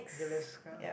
okay next card ah